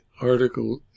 article